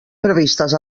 previstes